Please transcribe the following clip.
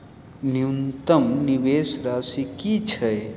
न्यूनतम निवेश राशि की छई?